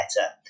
better